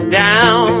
down